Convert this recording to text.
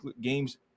games